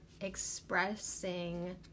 expressing